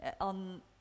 on